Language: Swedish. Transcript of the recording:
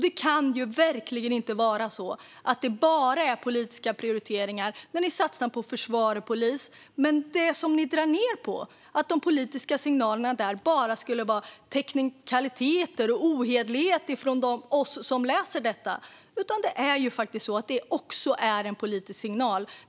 Det kan verkligen inte vara så att det bara handlar om politiska prioriteringar när ni satsar på försvar och polis och att det ni drar ned på handlar om teknikaliteter och ohederlighet från oss som läser detta. Detta är faktiskt också en politisk signal.